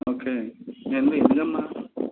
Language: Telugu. ఓకే ఇవన్నీ ఎందుకమ్మా